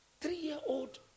three-year-old